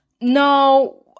no